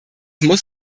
muss